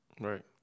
Right